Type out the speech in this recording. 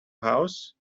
house